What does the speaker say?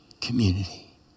community